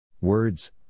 Words